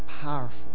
powerful